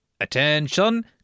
Attention